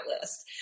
list